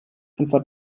antwort